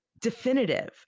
definitive